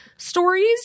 stories